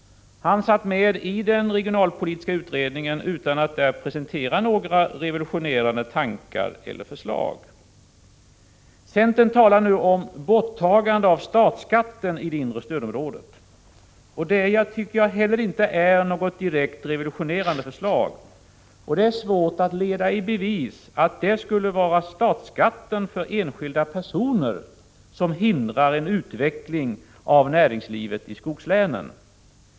Han satt med i den regionalpolitiska utredningen utan att där presentera några revolutionerade tankar eller förslag. Centern talar nu om borttagande av statsskatten i det inre stödområdet. Inte heller detta tycker jag är något direkt revolutionerande förslag. Det är svårt att leda i bevis att det skulle vara statsskatten för enskilda personer som hindrar en utveckling av näringslivet i skogslänen.